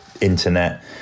internet